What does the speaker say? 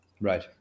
right